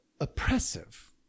oppressive